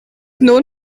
known